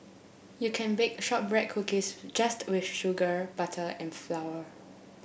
you can bake shortbread cookies just with sugar butter and flour